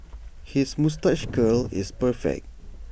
his moustache curl is perfect